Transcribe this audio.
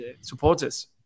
supporters